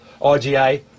IGA